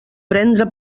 prendre